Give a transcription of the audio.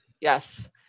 yes